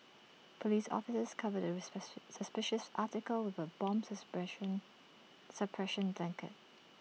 Police officers covered the suspicious article with A bomb suppression blanket